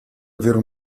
avere